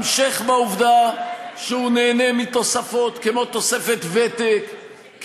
המשך בעובדה שהוא נהנה מתוספות כמו תוספת ותק,